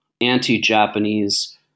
anti-Japanese